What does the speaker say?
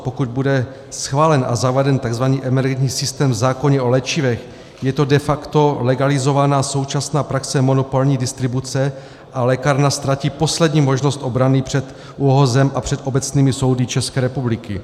Pokud bude schválen a zaveden takzvaný emergentní systém v zákoně o léčivech, je to de facto legalizovaná současná praxe monopolní distribuce a lékárna ztratí poslední možnost obrany před ÚOHSem a před obecnými soudy České republiky.